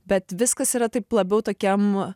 bet viskas yra taip labiau tokiam